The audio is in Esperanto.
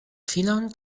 filon